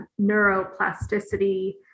neuroplasticity